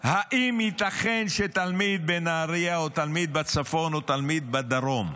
האם ייתכן שתלמיד בנהריה או תלמיד בצפון או תלמיד בדרום,